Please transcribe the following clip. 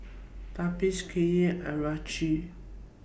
Tobias Kiya and Richie